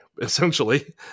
essentially